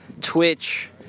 Twitch